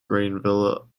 greenville